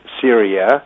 Syria